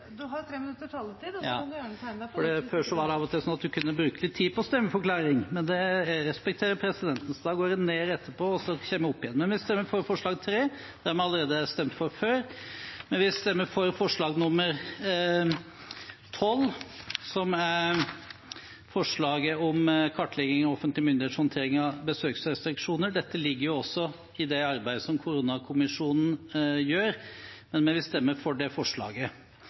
har 3 minutters taletid, men kan gjerne tegne seg på nytt. Før var det av og til slik at en kunne bruke litt tid på stemmeforklaring, men jeg respekterer presidenten. Da går jeg ned og kommer opp igjen etterpå. Vi stemmer altså for forslag nr. 3, som vi har stemt for før. Vi stemmer for forslag nr. 12, som er forslag om kartlegging av offentlige myndigheters håndtering av besøksrestriksjoner. Dette ligger også i det arbeidet som koronakommisjonen gjør. Men vi stemmer for det forslaget.